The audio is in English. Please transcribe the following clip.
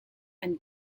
and